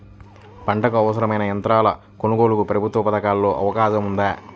పంటకు అవసరమైన యంత్రాల కొనగోలుకు ప్రభుత్వ పథకాలలో అవకాశం ఉందా?